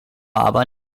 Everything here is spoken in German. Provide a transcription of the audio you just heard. aber